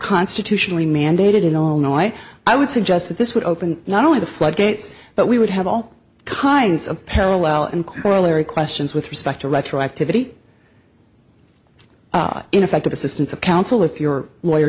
constitutionally mandated in all no i i would suggest that this would open not only the floodgates but we would have all kinds of parallel and corollary questions with respect to retroactivity ineffective assistance of counsel if your lawyer